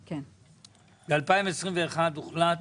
רבותי, ב- 2021 הוחלט